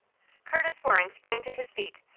curtis waring sprang to his feet,